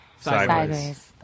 Sideways